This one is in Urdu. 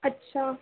اچّھا